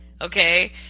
okay